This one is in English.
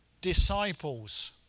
disciples